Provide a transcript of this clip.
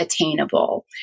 attainable